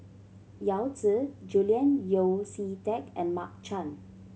Yao Zi Julian Yeo See Teck and Mark Chan